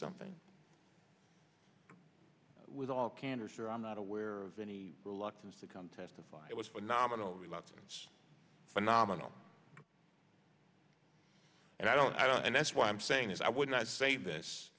something with all candor here i'm not aware of any reluctance to come testify it was phenomenal reluctance phenomenal and i don't i don't and that's why i'm saying is i would not say this